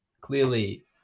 clearly